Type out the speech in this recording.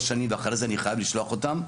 שנים ואחרי זה אני חייב לשלוח אותם,